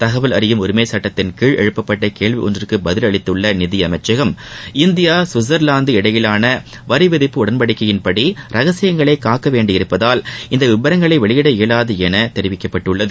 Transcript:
தகவல் அறியும் உரிமைச் சட்டத்தின் கீழ் எழுப்பப்பட்ட கேள்வி ஒன்றுக்கு பதிலளித்துள்ள நிதி அமைச்சகம் இந்தியா ஸ்விட்ச்ள்வாந்து இடையேயான வரி விதிப்பு உடன்படிக்கையின்படி ரகசியங்களை காக்க வேண்டியிருப்பதால் இந்த விவரங்களை வெளியிட இயலாது என தெரிவித்துள்ளது